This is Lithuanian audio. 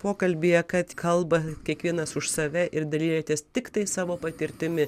pokalbyje kad kalba kiekvienas už save ir dalijatės tiktai savo patirtimi